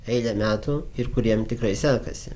eilę metų ir kuriem tikrai sekasi